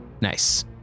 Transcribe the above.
Nice